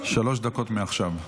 שלוש דקות מעכשיו.